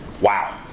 Wow